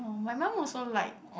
my mum also like